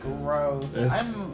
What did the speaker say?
Gross